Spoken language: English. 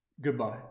Goodbye